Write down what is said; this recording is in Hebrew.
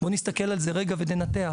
בוא נסתכל על זה רגע וננתח.